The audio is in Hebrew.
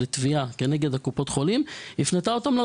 לתביעה כנגד קופות החולים לרגולטור.